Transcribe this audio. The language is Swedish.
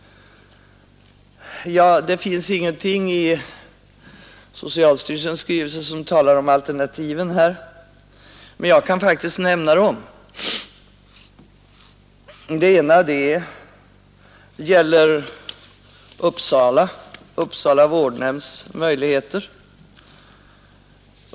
Det nämns ingenting i socialstyrelsens skrivelse om alternativen i detta sammanhang, men jag kan faktiskt nämna dem. Det ena gäller Uppsala vårdnämnds möjligheter.